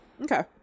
Okay